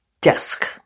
desk